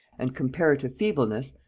and comparative feebleness,